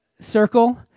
circle